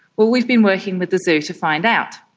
well, we've been working with the zoo to find out.